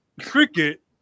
cricket